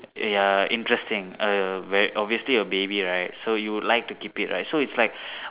ya interesting a ver~ obviously a baby right so you would like to keep it right so it's like